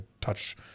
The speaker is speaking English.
touch